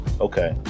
Okay